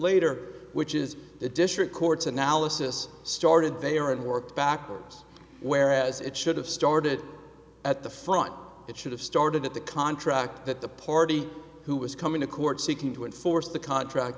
later which is the district courts analysis started they are and work backwards whereas it should have started at the front it should have started at the contract that the party who was coming to court seeking to enforce the contract